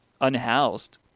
unhoused